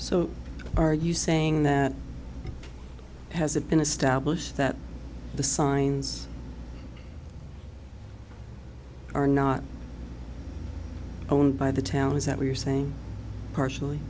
so are you saying that has it been established that the signs are not owned by the town is that what you're saying partially